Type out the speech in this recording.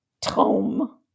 tome